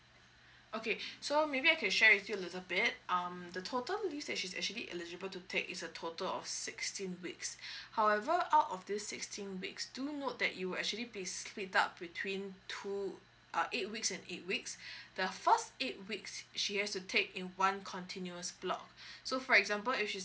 okay so maybe I can share with you a little bit um the total leave that she's actually eligible to take is a total of sixteen weeks however out of this sixteen weeks do note that you'll actually be split out between two uh eight weeks and eight weeks the first eight weeks she has to take in one continuous block so for example if she's